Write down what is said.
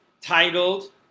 titled